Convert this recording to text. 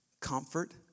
Comfort